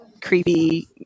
creepy